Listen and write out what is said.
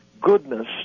goodness